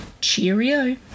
cheerio